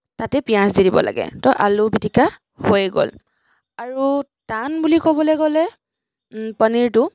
তাতে পিঁয়াজ দি দিব লাগে ত' আলু পিটিকা হৈয়ে গ'ল আৰু টান বুলি ক'বলৈ গ'লে পনিৰটো